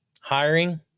Hiring